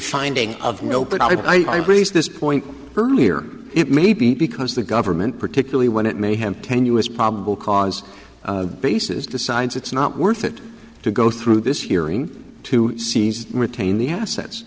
finding of note that i raised this point earlier it may be because the government particularly when it may have tenuous probable cause basis decides it's not worth it to go through this year in to seize retain the assets